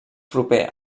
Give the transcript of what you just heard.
proper